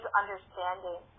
understanding